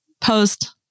post